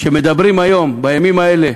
שמדברים היום, בימים האלה,